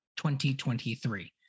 2023